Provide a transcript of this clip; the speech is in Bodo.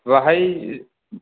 बेहाय